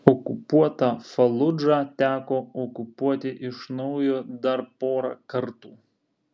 okupuotą faludžą teko okupuoti iš naujo dar porą kartų